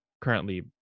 currently